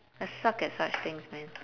I suck at such things man